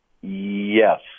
Yes